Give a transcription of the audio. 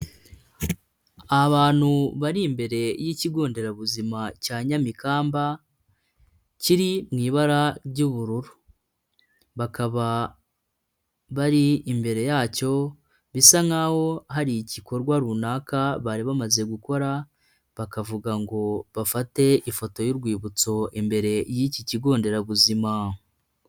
Abantu bari imbere y'ikigo nderabuzima cya Nyamikamba, kiri mu ibara ry'ubururu, bakaba bari imbere yacyo, bisa nk'aho hari igikorwa runaka bari bamaze gukora, bakavuga ngo bafate ifoto y'urwibutso, imbere y'iki kigo nderabuzima.